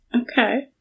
Okay